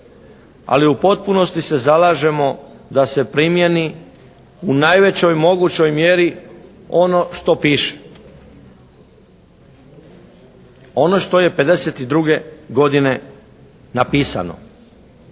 Ali u potpunosti se zalažemo da se primjeni u najvećoj mogućoj mjeri ono što piše. Ono što je '52. godine napisano.